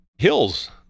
Hills